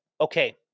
okay